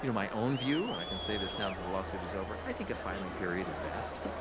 you know my own view and i can say this now that the lawsuit is over i think a filing period is best.